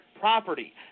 property